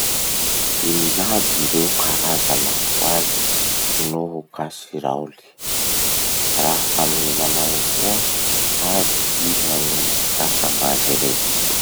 Ino iaby ireo karaza lapoaly noho kasiraoly? Raha amy manao ahoa aby iha no mampiasa gn'azy rey?